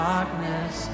Darkness